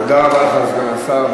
תודה רבה לך, סגן השר.